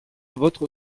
votre